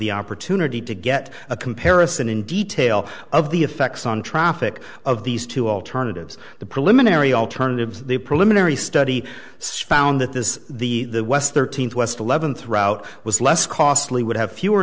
the opportunity to get a comparison in detail of the effects on traffic of these two alternatives the preliminary alternatives the preliminary study says found that this is the west thirteenth west eleventh route was less costly would have fewer